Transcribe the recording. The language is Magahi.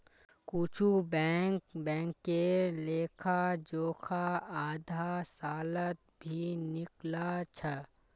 कुछु बैंक बैंकेर लेखा जोखा आधा सालत भी निकला छ